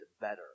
better